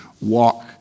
walk